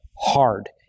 hard